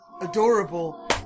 adorable